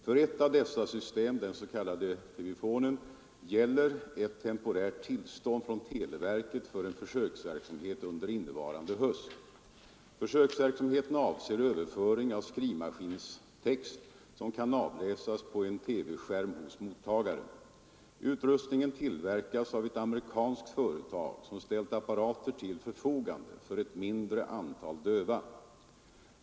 För ett av dessa system — den s.k. TV-fonen — gäller ett temporärt tillstånd från televerket för en försöksverksamhet under innevarande höst. Försöksverksamheten avser överföring av skrivmaskinstext som kan avläsas på en TV-skärm hos mottagaren. Utrustningen tillverkas av ett amerikanskt företag, som ställt apparater till förfogande för ett mindre antal döva.